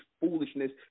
foolishness